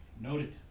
Noted